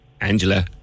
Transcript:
Angela